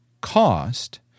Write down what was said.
cost